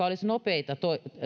olisivat nopeita